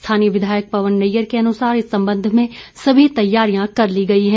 स्थानीय विघायक पवन नैयर के अनुसार इस संबंध में सभी तैयारियां कर ली गई हैं